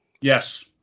Yes